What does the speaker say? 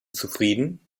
zufrieden